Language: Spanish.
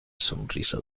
sonrisa